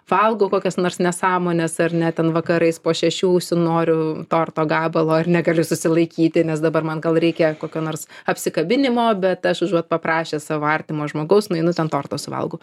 valgau kokias nors nesąmones ar ne ten vakarais po šešių užsinoriu torto gabalo ir negaliu susilaikyti nes dabar man gal reikia kokio nors apsikabinimo bet aš užuot paprašęs savo artimo žmogaus nueinu ten tortą suvalgau